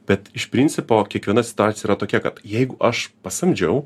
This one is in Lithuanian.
bet iš principo kiekviena situacija yra tokia kad jeigu aš pasamdžiau